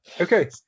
Okay